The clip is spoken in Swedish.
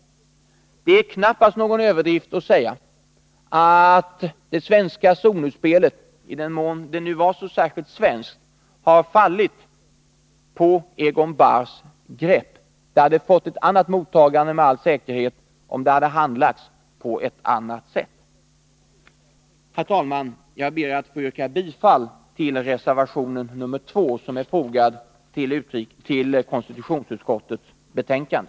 Det är knappast någon överdrift att säga att det svenska — Kärnvapenfri zon zonutspelet, i den mån det nu var så särskilt svenskt, har fallit på Egon Bahrs i Europa grepp. Det hade säkert fått ett annat mottagande om det hade handlagts på ett annat sätt. Herr talman! Jag ber att få yrka bifall till reservation 2, som är fogad till konstitutionsutskottets betänkande.